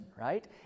right